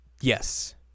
Yes